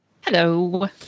Hello